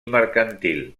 mercantil